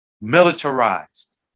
militarized